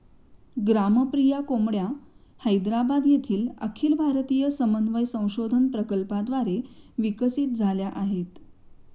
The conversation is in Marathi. ग्रामप्रिया कोंबड्या हैदराबाद येथील अखिल भारतीय समन्वय संशोधन प्रकल्पाद्वारे विकसित झाल्या आहेत